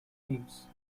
names